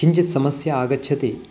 किञ्चित् समस्या आगच्छति